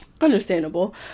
understandable